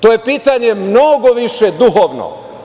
To je pitanje mnogo više duhovno.